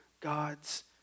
God's